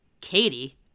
Katie